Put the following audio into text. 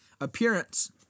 appearance